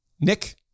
Nick